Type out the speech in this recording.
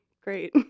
great